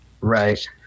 right